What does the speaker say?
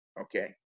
Okay